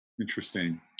Interesting